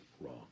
wrong